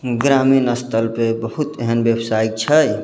ग्रामीण स्तरपर बहुत एहन व्यवसाय छै